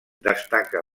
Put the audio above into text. destaca